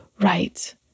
right